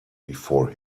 before